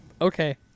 Okay